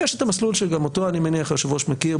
יש את המסלול שגם אותו אני מניח שהיושב-ראש מכיר,